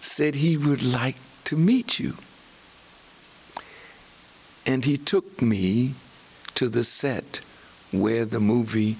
said he would like to meet you and he took me to the set where the movie